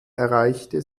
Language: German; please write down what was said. erreichte